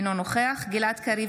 אינו נוכח גלעד קריב,